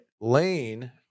Lane